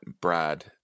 Brad